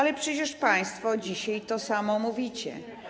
Ale przecież państwo dzisiaj to samo mówicie.